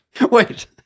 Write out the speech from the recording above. Wait